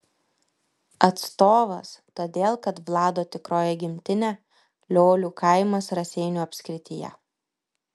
atstovas todėl kad vlado tikroji gimtinė liolių kaimas raseinių apskrityje